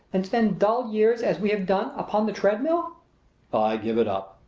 than spend dull years, as we have done, upon the treadmill? i give it up,